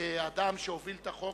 כאדם שהוביל את החוק